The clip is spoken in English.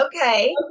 Okay